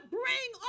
bring